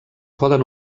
poden